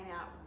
out